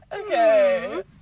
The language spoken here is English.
Okay